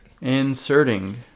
Inserting